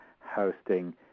hosting